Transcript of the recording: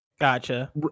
gotcha